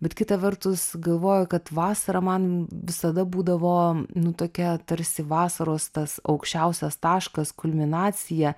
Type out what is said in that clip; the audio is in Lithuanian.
bet kita vertus galvoju kad vasara man visada būdavo nu tokia tarsi vasaros tas aukščiausias taškas kulminacija